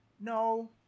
no